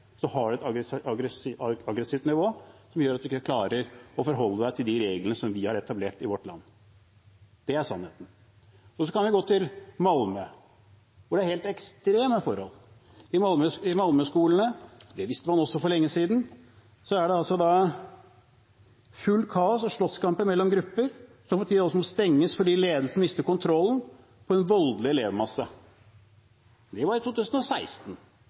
har man et aggressivt nivå som gjør at man ikke klarer å forholde seg til de reglene vi har etablert i vårt land. Det er sannheten. Vi kan gå til Malmø, hvor det er helt ekstreme forhold. I skolene i Malmø – det visste man også for lenge siden – er det fullt kaos og slåsskamper mellom grupper. Skolene måtte stenges fordi ledelsen mistet kontrollen med en voldelig elevmasse. Det var i 2016.